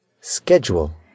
Schedule